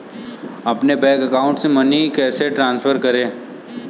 अपने bank account से money कैसे ट्रांसफर करें?